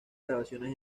grabaciones